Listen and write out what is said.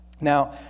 Now